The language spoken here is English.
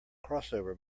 crossover